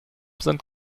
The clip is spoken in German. sind